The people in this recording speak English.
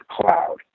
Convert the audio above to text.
cloud